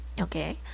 okay